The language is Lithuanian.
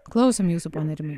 klausiame jūsų patarme